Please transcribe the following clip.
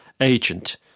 agent